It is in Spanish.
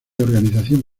organización